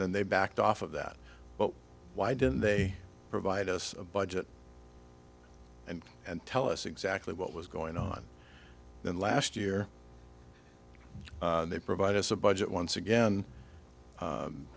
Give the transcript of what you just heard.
then they backed off of that but why didn't they provide us a budget and and tell us exactly what was going on then last year they provide us a budget once again